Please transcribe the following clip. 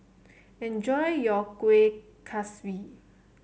enjoy your Kueh Kaswi